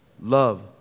love